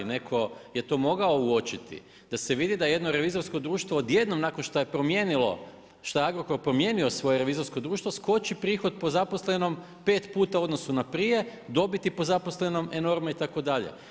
Netko je to mogao uočiti, da se vidi da jedno revizorsko društvo odjednom promijenilo, šta je Agrokor promijenio svoje revizorsko društvo skoči prihod po zaposlenom pet puta u odnosu na prije, dobiti po zaposlenom enormna itd.